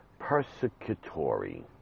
persecutory